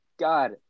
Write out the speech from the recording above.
God